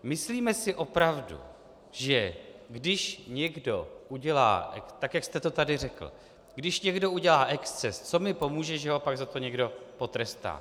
Myslíme si opravdu, že když někdo udělá, tak jak jste to tady řekl, když někdo udělá exces, co mi pomůže, že ho pak za to někdo potrestá?